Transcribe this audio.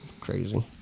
crazy